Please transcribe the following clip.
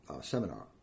seminar